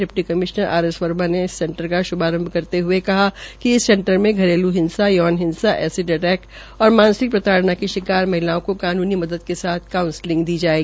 deputy commissioner R S Verma ने इस centre का शुभारंभ करते हये कहा कि इस सेंटर में घरेलू हिंसा यौन हिंसा एसिड अटैक व मानसिक प्रताइना की शिकार महिलाओं को कानूनी मदद के साथ काउंसलिंग प्रदान की जाएगी